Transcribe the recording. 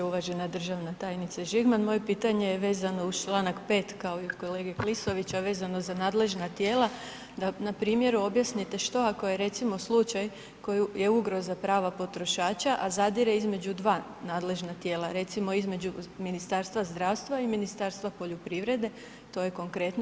Uvažena državne tajnice Žigman, moje pitanje je vezano uz članak 5. kao i kolege Klisovića vezano za nadležna tijela da na primjeru objasnite što ako je recimo slučaj koji je ugroza prava potrošača, a zadire između 2 nadležna tijela, recimo između Ministarstva zdravstva i Ministarstva poljoprivrede, to je konkretno.